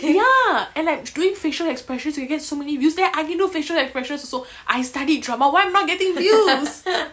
ya and like doing facial expressions you get so many views then I can do facial expressions also I studied drama why am I not getting views